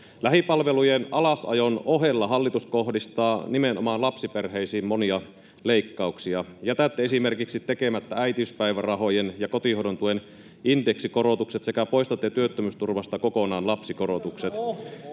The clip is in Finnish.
Lähipalvelujen alasajon ohella hallitus kohdistaa nimenomaan lapsiperheisiin monia leikkauksia. Jätätte esimerkiksi tekemättä äitiyspäivärahojen ja kotihoidon tuen indeksikorotukset sekä poistatte työttömyysturvasta kokonaan lapsikorotukset.